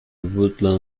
woodlawn